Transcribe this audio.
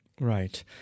Right